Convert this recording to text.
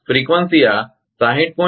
તેથી ફ્રીકવંસી આ 60